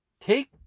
take